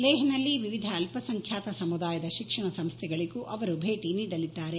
ಲೇಹ್ನಲ್ಲಿ ವಿವಿಧ ಅಲ್ವಸಂಖ್ಯಾತ ಸಮುದಾಯದ ಶಿಕ್ಷಣ ಸಂಸ್ಥೆಗಳಿಗೂ ಅವರು ಭೇಟಿ ನೀಡಲಿದ್ದಾರೆ